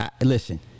Listen